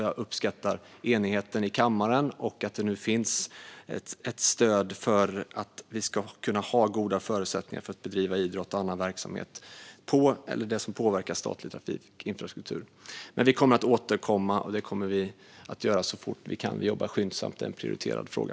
Jag uppskattar enigheten i kammaren och att det nu finns ett stöd för att vi ska kunna ha goda förutsättningar för att bedriva idrott och annan verksamhet som sker på, eller påverkar, statlig trafikinfrastruktur. Vi kommer att återkomma. Det kommer vi att göra så fort vi kan. Vi jobbar skyndsamt. Det är en prioriterad fråga.